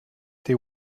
they